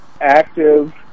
active